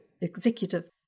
executive